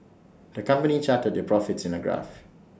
the company charted their profits in A graph